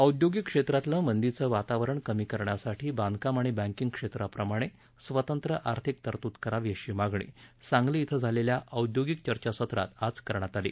औदयोगिक क्षेत्रातलं मंदीचं वातावरण कमी करण्यासाठी बांधकाम आणि बँकिंग क्षेत्राप्रमाणे स्वतंत्र आर्थिक तरतृद करावी अशी मागणी सांगली इथं झालेल्या औदयोगिक चर्चासत्रात आज करण्यात आली